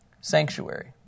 sanctuary